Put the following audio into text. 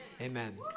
Amen